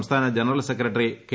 സംസ്ഥാന general secretary K